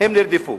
הם נרדפו.